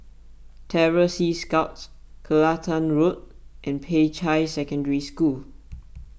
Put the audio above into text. Terror Sea Scouts Kelantan Road and Peicai Secondary School